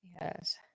Yes